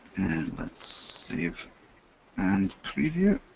let's save and preview.